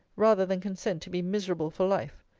rather than consent to be miserable for life.